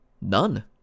None